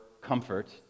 comfort